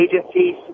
agencies